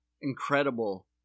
incredible